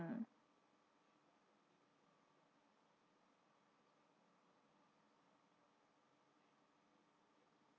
mm